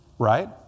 Right